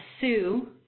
Sue